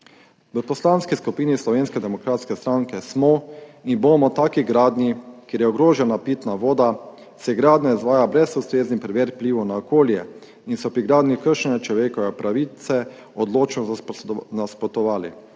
V Poslanski skupini Slovenske demokratske stranke smo in bomo taki gradnji, kjer je ogrožena pitna voda, kjer se gradnja izvaja brez ustreznih preverb vplivov na okolje in so pri gradnji kršene človekove pravice, odločno nasprotovali.